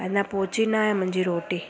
अञां न पोहिची न आहे मुंहिंजी रोटी